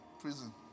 prison